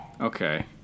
Okay